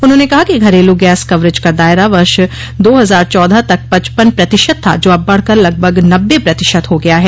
उन्होंने कहा कि घरेलू गैस कवरेज का दायरा वर्ष दो हजार चौदह तक पचपन प्रतिशत था जो अब बढ़कर लगभग नब्बे प्रतिशत हो गया है